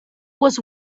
was